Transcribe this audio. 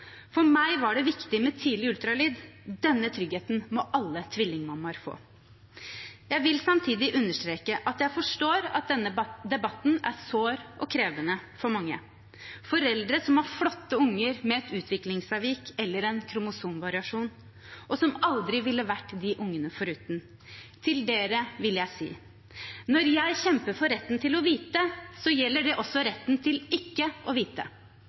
For meg var det viktig med tidlig ultralyd. Denne tryggheten må alle tvillingmammaer få. Jeg vil samtidig understreke at jeg forstår at denne debatten er sår og krevende for mange. Til foreldre som har flotte unger med et utviklingsavvik eller en kromosomvariasjon, og som aldri ville vært de ungene foruten, vil jeg si: Når jeg kjemper for retten til å vite, gjelder det også retten til ikke å vite.